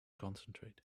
concentrate